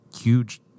huge